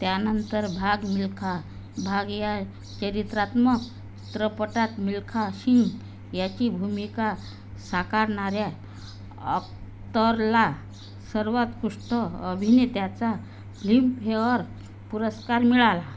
त्यानंतर भाग मिल्खा भाग या चरित्रात्मक चित्रपटात मिल्खा सिंग याची भूमिका साकारणाऱ्या अख्तरला सर्वोत्कृष्ट अभिनेत्याचा फ्लिमफेअर पुरस्कार मिळाला